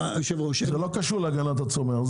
זה לא קשור להגנת הצומח?